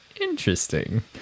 Interesting